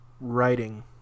writing